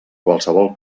qualsevol